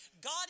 God